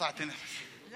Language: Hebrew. גברתי היושבת-ראש,